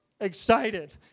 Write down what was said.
excited